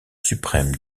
suprême